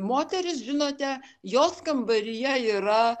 moteris žinote jos kambaryje yra